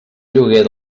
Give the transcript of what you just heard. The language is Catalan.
lloguer